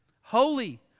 holy